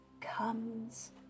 comes